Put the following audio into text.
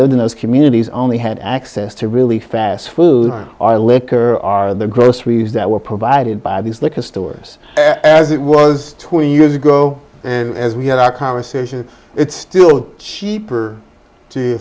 lived in those communities only had access to really fast food or liquor are the groceries that were provided by these liquor stores as it was twenty years ago oh as we had our conversation it's still cheaper to